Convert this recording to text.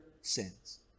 sins